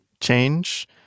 change